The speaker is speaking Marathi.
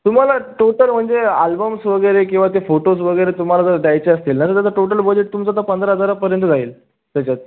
तुम्हाला टोटल म्हणजे आल्बम्स वगैरे किंवा ते फोटोज वगैरे तुम्हाला जर द्यायचे असतील ना तर त्याचं टोटल बजेट तुमचं आता पंधरा हजारापर्यंत जाईल त्याच्यात